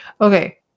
okay